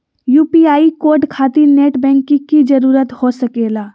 UPI code खातिर net banking की जरूरत हो सके ला?